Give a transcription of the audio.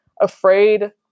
afraid